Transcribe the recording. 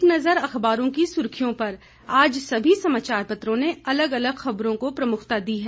एक नज़र अखबारों की सुर्खियों पर आज समी समाचार पत्रों ने अलग अलग खबरों को प्रमुखता दी है